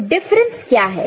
तो डिफरेंस क्या है